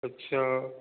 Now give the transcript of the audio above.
अच्छा